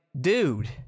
dude